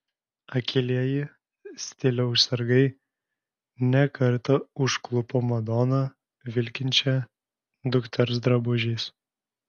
akylieji stiliaus sargai ne kartą užklupo madoną vilkinčią dukters drabužiais